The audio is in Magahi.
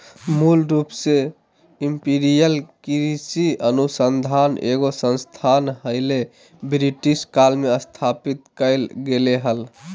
मूल रूप से इंपीरियल कृषि अनुसंधान एगो संस्थान हलई, ब्रिटिश काल मे स्थापित कैल गेलै हल